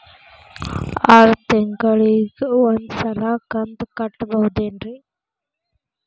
ಆರ ತಿಂಗಳಿಗ ಒಂದ್ ಸಲ ಕಂತ ಕಟ್ಟಬಹುದೇನ್ರಿ?